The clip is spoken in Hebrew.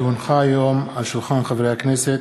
כי הונחה היום על שולחן הכנסת